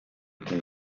que